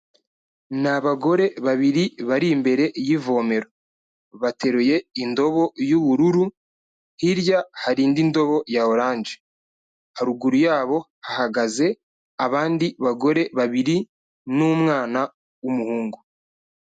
Ni abagore babiri bari imbere y'ivomera bateruye indobo y'ubururu hirya hari indi ndobo ya orange haruguru yabo hahagaze abandi bagore babiri n'umwana w'umuhungu.